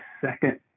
second